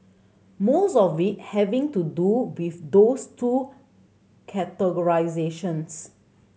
most of it having to do with those two categorisations